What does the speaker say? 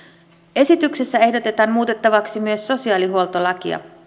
esityksessä ehdotetaan muutettavaksi myös sosiaalihuoltolakia